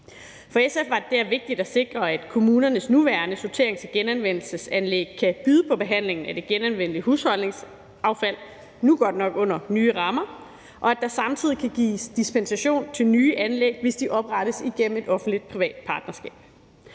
For SF var det dér vigtigt at sikre, at kommunernes nuværende sorterings- og genanvendelsesanlæg kan byde på behandlingen af det genanvendte husholdningsaffald – nu godt nok under nye rammer – og at der samtidig kan gives dispensation til nye anlæg, hvis de oprettes igennem et offentlig-privat partnerskab,